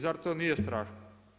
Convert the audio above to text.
Zar to nije strašno?